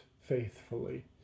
faithfully